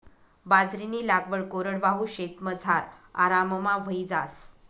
बाजरीनी लागवड कोरडवाहू शेतमझार आराममा व्हयी जास